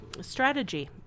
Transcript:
strategy